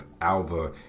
Alva